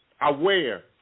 aware